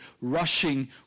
rushing